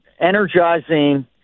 energizing